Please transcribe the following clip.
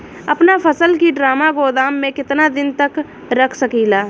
अपना फसल की ड्रामा गोदाम में कितना दिन तक रख सकीला?